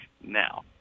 now